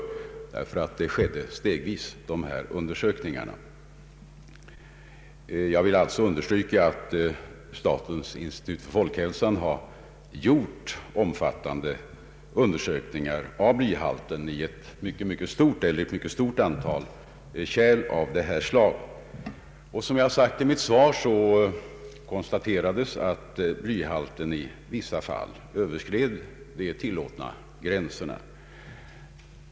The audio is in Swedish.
Undersökningarna skedde nämligen stegvis. Jag vill understryka att statens institut för folkhälsan har gjort omfattande undersökningar av blyhalten i ett stort antal kärl av detta slag. Såsom jag har sagt i mitt svar konstaterades att blyhalten i vissa fall överskred de tillåtna gränserna.